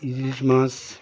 ইলিশ মাছ